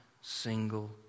single